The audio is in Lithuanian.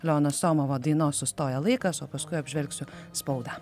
leono somovo dainos sustoja laikas o paskui apžvelgsiu spaudą